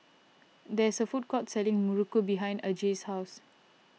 there is a food court selling Muruku behind Aja's house